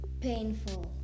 painful